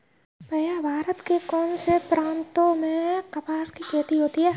भैया भारत के कौन से प्रांतों में कपास की खेती होती है?